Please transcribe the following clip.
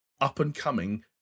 up-and-coming